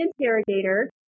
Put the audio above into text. interrogator